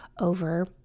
over